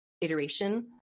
iteration